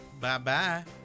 Bye-bye